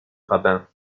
rabbin